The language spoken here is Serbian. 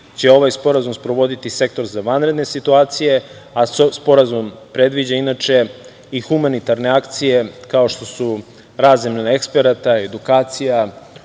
će ovaj sporazum sprovodi Sektor za vanredne situacije, a sporazum predviđa inače i humanitarne akcije kao što su razmena eksperata, edukacija,